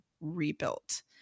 rebuilt